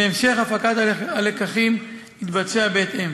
והמשך הפקת הלקחים יתבצע בהתאם.